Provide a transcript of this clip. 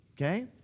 Okay